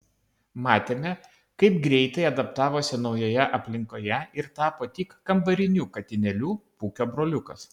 matėme kaip greitai adaptavosi naujoje aplinkoje ir tapo tik kambariniu katinėliu pūkio broliukas